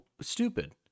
stupid